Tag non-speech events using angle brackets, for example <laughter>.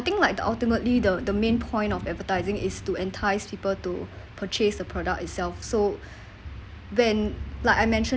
I think like the ultimately the the main point of advertising is to entice people to purchase the product itself so <breath> when like I mention